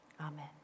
Amen